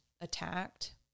attacked